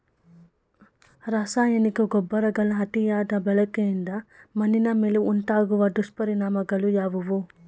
ರಾಸಾಯನಿಕ ಗೊಬ್ಬರಗಳ ಅತಿಯಾದ ಬಳಕೆಯಿಂದ ಮಣ್ಣಿನ ಮೇಲೆ ಉಂಟಾಗುವ ದುಷ್ಪರಿಣಾಮಗಳು ಯಾವುವು?